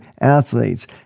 athletes